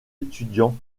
étudiants